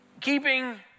Keeping